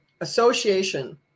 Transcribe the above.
association